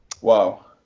Wow